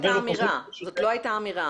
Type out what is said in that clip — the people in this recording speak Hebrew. זאת לא הייתה האמירה.